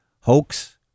hoax